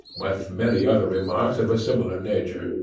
with many other remarks of a similar nature.